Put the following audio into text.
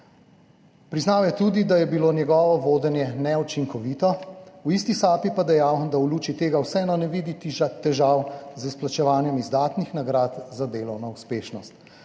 Priznal je tudi, da je bilo njegovo vodenje neučinkovito. V isti sapi pa dejal, da v luči tega vseeno ne vidi težav z izplačevanjem izdatnih nagrad za delovno uspešnost.